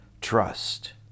trust